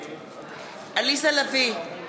עליזה לביא,